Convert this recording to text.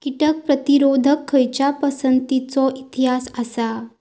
कीटक प्रतिरोधक खयच्या पसंतीचो इतिहास आसा?